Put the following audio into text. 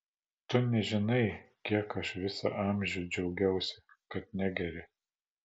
tu nežinai kiek aš visą amžių džiaugiausi kad negeri